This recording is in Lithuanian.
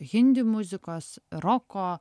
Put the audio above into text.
hindi muzikos roko